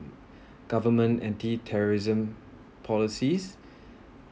government anti-terrorism policies